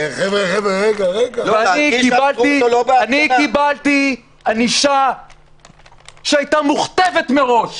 אני קיבלתי ענישה שהייתה מוכתבת מראש